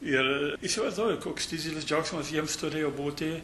ir įsivaizduoju koks didelis džiaugsmas jiems turėjo būti